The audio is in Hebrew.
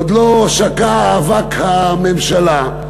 עוד לא שקע אבק הקמת הממשלה,